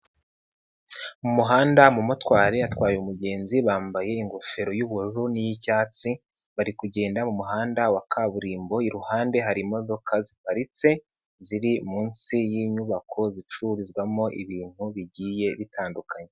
Mu muhanda umumotari atwaye umugenzi bambaye ingofero y'ubururu n'iy'icyatsi, bari kugenda mu muhanda wa kaburimbo, iruhande hari imodoka ziparitse ziri munsi y'inyubako zicururizwamo ibintu bigiye bitandukanye.